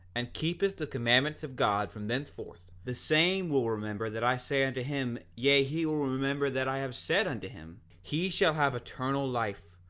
and keepeth the commandments of god from thenceforth, the same will remember that i say unto him, yea, he will remember that i have said unto him, he shall have eternal life,